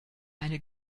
eine